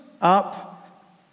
up